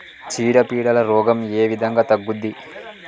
చీడ పీడల రోగం ఏ విధంగా తగ్గుద్ది?